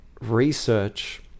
research